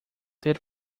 ter